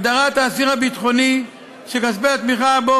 הגדרת האסיר הביטחוני שכספי התמיכה בו